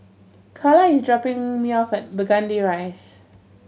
Carla is dropping me off at Burgundy Rise